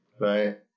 right